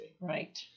Right